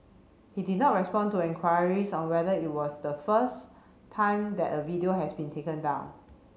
he did not respond to enquiries on whether it was the first time that a video has been taken down